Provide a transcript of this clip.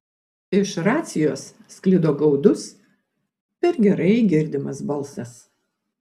iš racijos sklido gaudus per gerai girdimas balsas